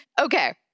Okay